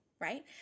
right